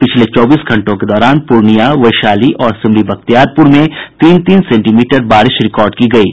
पिछले चौबीस घंटों के दौरान पूर्णिया वैशाली और सिमरी बख्तियारपूर में तीन तीन सेंटीमीटर बारिश रिकॉर्ड की गयी